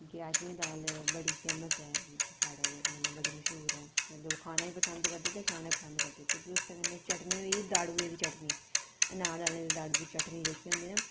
राजमाएं दी दाल बड़ी फेमस ऐ इत्थै साढ़ै ते मतलव बड़ी मशहूर ऐ लोक खाना बी पसंद करदे ते पसंद करदे ते फ्ही उसदे कन्नै चटनी होई गेई दाड़ुऐ दी चटनी अनारदाने दे दाड़ु दी चटनी जेह्की होंदी ऐ ना